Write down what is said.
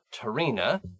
Tarina